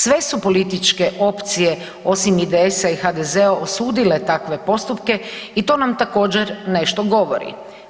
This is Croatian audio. Sve su političke opcije osim IDS-a i HDZ-a osudile takve postupke i to nam također nešto govori.